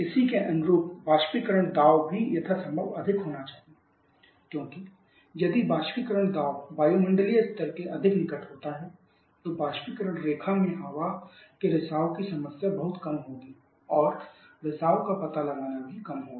इसी के अनुरूप वाष्पीकरण दाब भी यथासंभव अधिक होना चाहिए क्योंकि यदि वाष्पीकरण दाब वायुमंडलीय स्तर के अधिक निकट होता है तो वाष्पीकरण रेखा में हवा के रिसाव की समस्या बहुत कम होगी और रिसाव का पता लगाना भी कम होगा